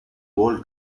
whole